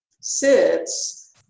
sits